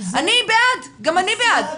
אני בעד, גם אני בעד.